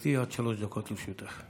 בבקשה, גברתי, עד שלוש דקות לרשותך.